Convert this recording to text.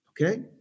Okay